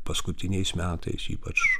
paskutiniais metais ypač